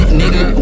nigga